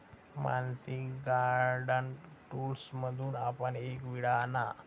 Mansi garden टूल्समधून आपण एक विळा आणा